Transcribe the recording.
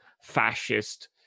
fascist